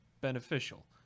beneficial